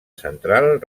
central